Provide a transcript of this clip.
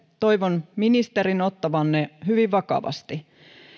toivon ministerin ottavan ne hyvin vakavasti